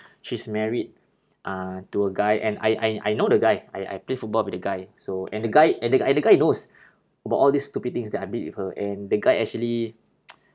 she's married uh to a guy and I I I know the guy I I play football with the guy so and the guy and the and the guy knows about all these stupid things that I did with her and the guy actually